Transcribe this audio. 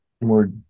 more